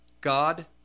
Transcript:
God